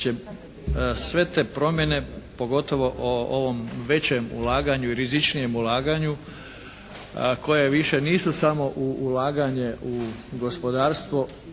sve te promjene pogotovo o ovom većem ulaganju i rizičnijem ulaganju koje više nisu samo ulaganje u gospodarstvo